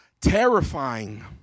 terrifying